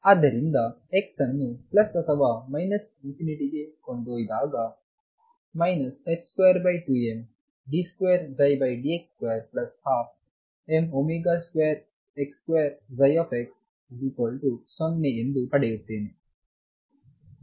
ಆದ್ದರಿಂದ x ಅನ್ನು plus ಅಥವಾ ಮೈನಸ್ ಇನ್ಫಿನಿಟಿಗೆ ಕೊಂಡೊಯ್ದಾಗ 22md2dx2 12m2x2x0ಪಡೆಯುತ್ತೇನೆ